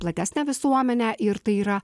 platesnę visuomenę ir tai yra